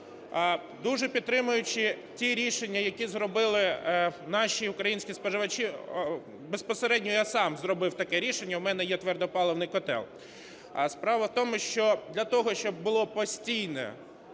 Дуже підтримуючи ті рішення, які зробили наші українські споживачі, безпосередньо я сам зробив таке рішення, у мене є твердопаливних котел. Справа в тому, що для того, щоб була постійна